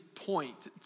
point